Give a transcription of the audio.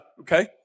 okay